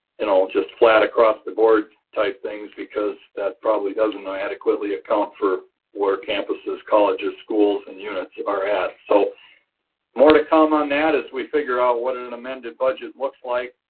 and just flat across the board type things because that probably doesn't adequately account for where campuses, colleges, schools and units are at. so more to come on that as we figure out what an amended budget looks like,